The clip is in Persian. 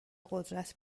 قدرت